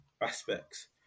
aspects